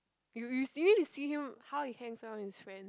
you you see you see him how he hangs out with his friends